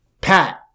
Pat